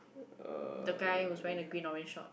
uh